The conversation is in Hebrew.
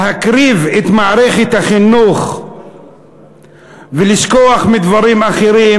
להקריב את מערכת החינוך ולשכוח מדברים אחרים,